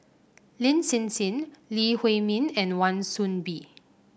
Lin Hsin Hsin Lee Huei Min and Wan Soon Bee